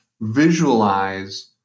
visualize